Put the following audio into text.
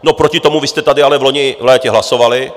No proti tomu vy jste tady ale v loni v létě hlasovali.